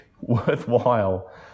worthwhile